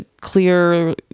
clear